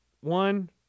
one